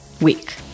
week